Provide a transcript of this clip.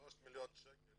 שלושה מיליון שקלים